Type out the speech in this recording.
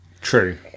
true